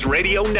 Radio